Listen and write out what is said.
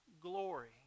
glory